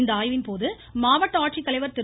இந்த ஆய்வின் போது மாவட்ட ஆட்சித்தலைவர் திரு